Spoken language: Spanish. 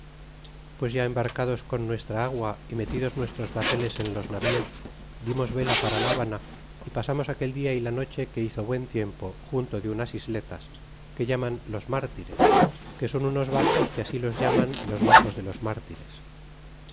pues ya embarcados con nuestra agua y metidos nuestros bateles en los navíos dimos vela para la habana y pasamos aquel dia y la noche que hizo buen tiempo junto de unas isletas que llaman los mártires que son unos baxos que así los llaman los baxos de los mártires